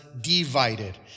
divided